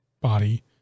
body